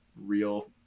real